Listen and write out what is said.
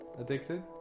Addicted